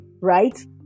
right